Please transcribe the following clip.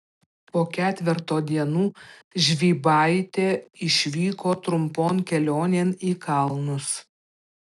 po ketverto dienų žvybaitė išvyko trumpon kelionėn į kalnus